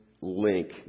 link